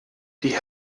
die